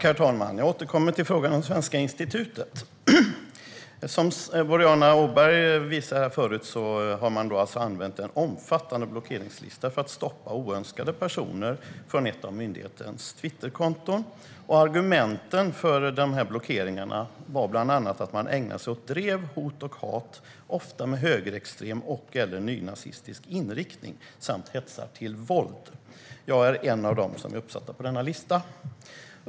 Herr talman! Jag återkommer till frågan om Svenska institutet. Som Boriana Åberg tog upp har man alltså använt en omfattande blockeringslista för att stoppa oönskade personers tillgång till ett av myndighetens Twitterkonton. Argumenten för blockeringarna var bland annat att personerna ägnade sig åt drev, hot och hat - ofta med högerextrem eller nynazistisk inriktning - samt hetsade till våld. Jag är en av dem som är uppsatta på listan.